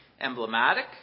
Emblematic